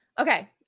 Okay